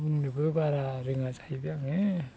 बुंनोबो बारा रोङा जाहैबाय आङो